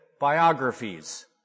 biographies